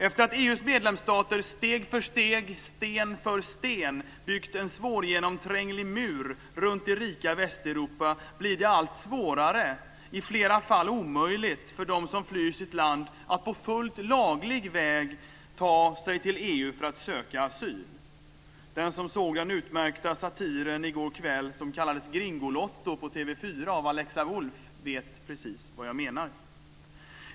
Efter att EU:s medlemsstater steg för steg, sten för sten, byggt en svårgenomtränglig mur runt det rika Västeuropa blir det allt svårare, i flera fall omöjligt, för dem som flyr sitt land att på fullt laglig väg ta sig till EU för att söka asyl. Den som såg den utmärkta satiren i TV 4 i går kväll som kallades Gringolotto, av Alexa Wolf, vet vad jag menar.